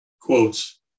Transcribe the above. quotes